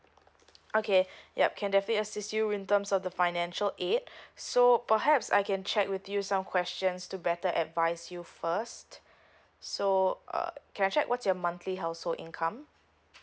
okay yup can definitely assist you in terms of the financial aid so perhaps I can check with you some questions to better advice you first so uh can I check what's your monthly household income